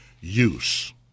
use